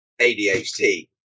ADHD